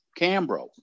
cambro